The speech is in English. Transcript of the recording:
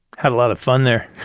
had a lot of fun there.